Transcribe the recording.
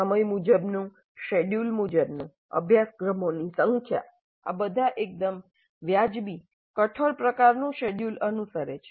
સમય મુજબનું શેડ્યૂલ મુજબનું અભ્યાસક્રમોની સંખ્યા આ બધા એકદમ વ્યાજબી કઠોર પ્રકારનું શેડ્યૂલ અનુસરે છે